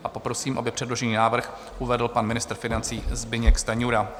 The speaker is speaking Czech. A poprosím, aby předložený návrh uvedl pan ministr financí Zbyněk Stanjura.